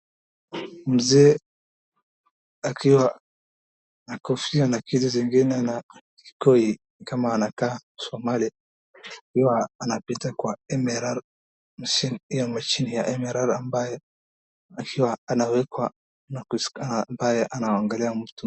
Mzee akiwa na kofia navitu zingine na kikoi nikama anakaa msomali akiwa anapita kwa MMR masini ya MMR ambaye akikaa amewekwa.